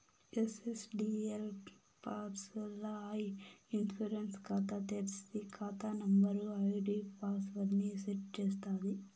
NSDL పూర్స్ ల్ల e insurance కాతా తెర్సి, కాతా నంబరు, ఐడీ పాస్వర్డ్ ని సెట్ చేస్తాది